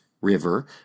River